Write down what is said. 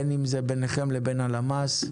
בין אם זה ביניכם לבין הלמ"ס,